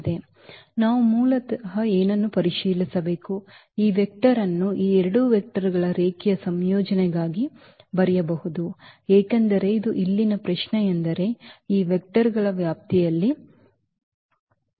ನಾವು ಮೂಲತಃ ಏನು ಪರಿಶೀಲಿಸಬೇಕು ಈ ವೆಕ್ಟರ್ ಅನ್ನು ಈ ಎರಡು vector ಗಳ ರೇಖೀಯ ಸಂಯೋಜನೆಯಾಗಿ ಬರೆಯಬಹುದು ಏಕೆಂದರೆ ಇದು ಇಲ್ಲಿನ ಪ್ರಶ್ನೆಯೆಂದರೆ ಈ vector ಗಳ ವ್ಯಾಪ್ತಿಯಲ್ಲಿ ಈ ವೆಕ್ಟರ್ ಆಗಿದೆ